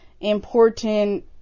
important